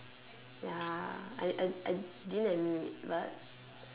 ya I I I didn't admit but